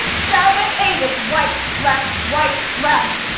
seven, eight, it's right, left, right, left.